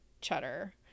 cheddar